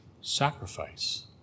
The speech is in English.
sacrifice